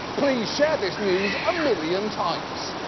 please share this news a million times.